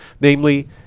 Namely